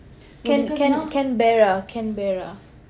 can~ can~ Canberra Canberra